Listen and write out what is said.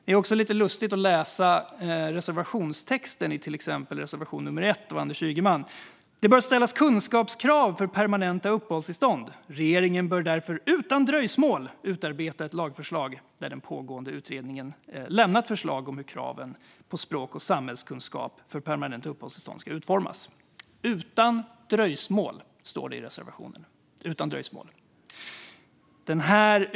Det är också lite lustigt att läsa reservationstexten i till exempel reservation 1 av Anders Ygeman: "Det bör ställas kunskapskrav för permanent uppehållstillstånd. Regeringen bör därför utan dröjsmål utarbeta ett lagförslag när den pågående utredningen lämnat förslag om hur kraven på språk och samhällskunskap för permanent uppehållstillstånd ska utformas." "Utan dröjsmål" står det i reservationen.